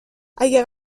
اگه